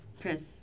Chris